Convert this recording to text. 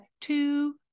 two